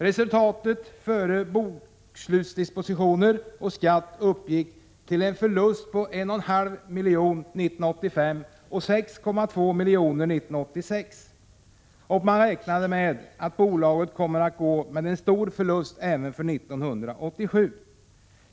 Resultatet före bokslutsdispositioner och skatt uppgick till en förlust på 1,5 milj.kr. 1985 och 6,2 milj.kr. 1986. Man räknar med att bolaget kommer att gå med stor förlust även 1987.